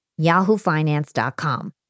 YahooFinance.com